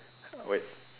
wait